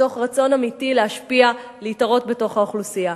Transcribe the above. מתוך רצון אמיתי להשפיע, להתערות בתוך האוכלוסייה.